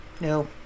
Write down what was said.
No